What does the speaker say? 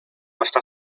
hasta